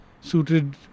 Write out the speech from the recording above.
suited